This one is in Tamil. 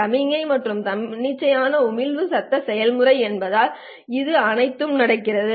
சமிக்ஞை மற்றும் தன்னிச்சையான உமிழ்வு சத்தம் செயல்முறை என்பதால் அது அனைத்தும் நடக்கிறது